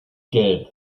gelb